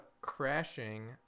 crashing